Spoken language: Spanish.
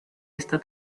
esta